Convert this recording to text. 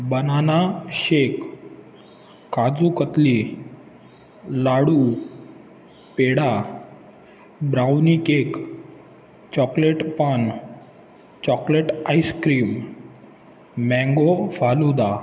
banana shake kaju katli ladoo peda brownie cake chocolate paan chocolate ice cream mango falooda